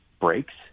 breaks